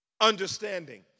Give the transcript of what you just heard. Understanding